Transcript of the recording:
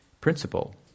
principle